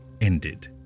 ended